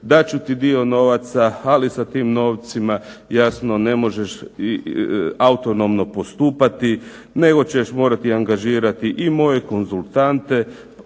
da će dio tih novaca, ali sa tim novcima jasno ne možeš autonomno postupati, nego ćeš morati angažirati i moje konzultante,